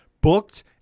booked